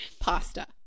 pasta